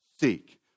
seek